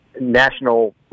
national